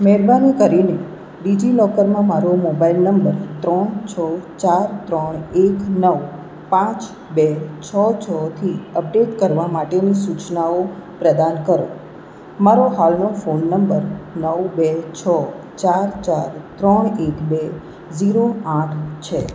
મહેરબાની કરીને ડિજિલોકરમાં મારો મોબાઇલ નંબર ત્રણ છ ચાર ત્રણ એક નવ પાંચ બે છ છથી અપડેટ કરવા માટેની સૂચનાઓ પ્રદાન કરો મારો હાલનો ફોન નંબર નવ બે છ ચાર ચાર ત્રણ એક બે ઝીરો આઠ છે